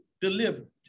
delivered